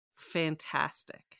fantastic